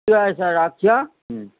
ঠিক আছে স্যার রাখছি হ্যাঁ হুম